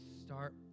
start